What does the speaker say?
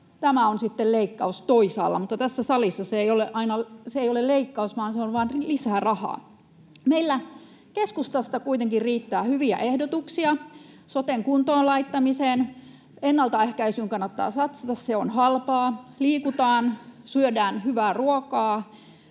sitten leikkaus toisaalla, mutta tässä salissa se ei ole leikkaus vaan se on vain lisäraha? [Pia Viitanen: Hyvä kysymys!] Meillä keskustassa kuitenkin riittää hyviä ehdotuksia soten kuntoon laittamiseen. Ennaltaehkäisyyn kannattaa satsata, se on halpaa: liikutaan, syödään hyvää ruokaa,